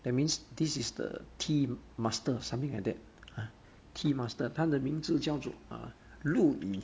that means this is the tea master something like that uh tea master 他的名字叫做 uh 陆羽